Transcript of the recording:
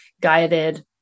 guided